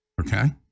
okay